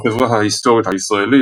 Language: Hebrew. החברה ההיסטורית הישראלית,